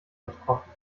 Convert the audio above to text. betroffen